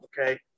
Okay